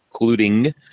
including